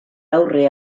aurre